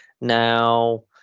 Now